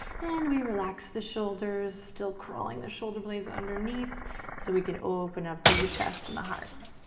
and we relax the shoulders, still crawling the shoulder blades underneath so we can open up through the chest and the heart.